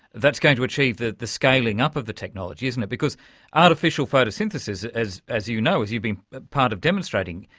that's going to achieve the the scaling up of the technology, isn't it, because artificial photosynthesis, as as you know, as you've been part of demonstrating,